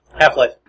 Half-Life